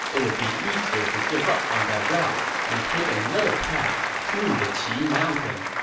it would be easier to give up on that route and take another path through the qi mountain.